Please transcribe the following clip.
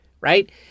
right